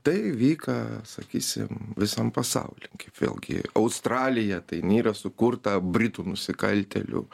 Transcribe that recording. tai vyka sakysim visam pasauly kaip vėlgi australija tai jin yra sukurta britų nusikaltėlių